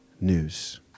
news